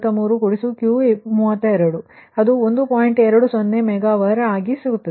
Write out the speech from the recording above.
20 mega Var ಆಗಿ ಸಿಗುತ್ತದೆ